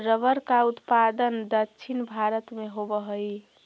rubber का उत्पादन दक्षिण भारत में होवअ हई